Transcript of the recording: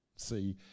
see